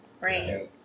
Right